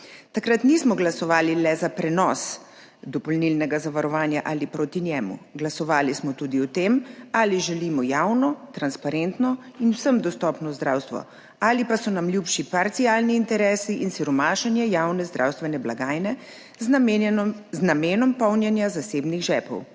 Takrat nismo glasovali le za prenos dopolnilnega zavarovanja ali proti njemu, glasovali smo tudi o tem, ali želimo javno, transparentno in vsem dostopno zdravstvo ali pa so nam ljubši parcialni interesi in siromašenje javne zdravstvene blagajne z namenom polnjenja zasebnih žepov.